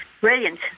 Brilliant